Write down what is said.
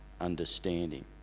understanding